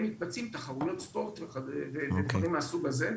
מתבצעות תחרויות ספורט ודברים מהסוג הזה.